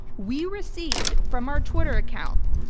we received from our twitter account,